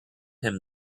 him